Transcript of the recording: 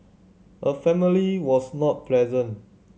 her family was not present